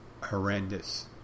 horrendous